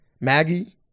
Maggie